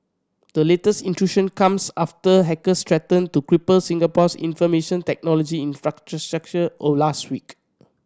the latest intrusion comes after hackers threatened to cripple Singapore's information technology infrastructure or last week